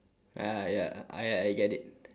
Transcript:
ah ya I I get it